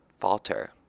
falter